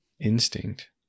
instinct